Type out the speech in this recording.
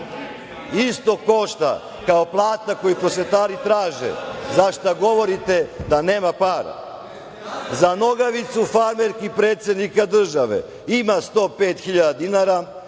isto košta kao plata koju prosvetari traže, za šta govorite da nema para. Za nogavicu farmerki predsednika države ima 105.000 dinara,